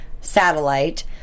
satellite